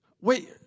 Wait